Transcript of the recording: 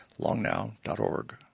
longnow.org